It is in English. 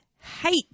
hate